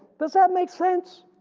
does that make sense?